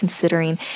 considering